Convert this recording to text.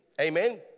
Amen